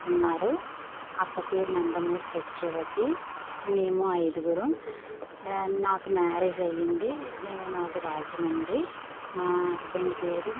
ఉన్నారు అక్కపేరు నందమూరి సత్యవతి మేము ఐదుగురం నాకు మ్యారేజ్ అయింది నాది రాజమండ్రి మా హస్బెండ్ పేరు